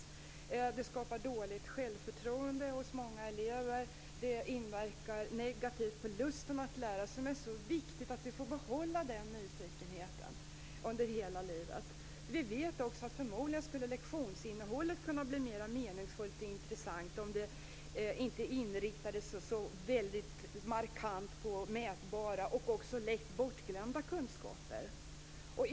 De leder till dåligt självförtroende hos många elever och inverkar negativt på nyfikenheten och lusten att lära, som det är så viktigt att få behålla under hela livet. Vi vet också att förmodligen skulle lektionsinnehållet kunna bli mera meningsfullt och intressant om det inte inriktades så väldigt markant på mätbara och också lätt bortglömda kunskaper.